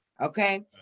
okay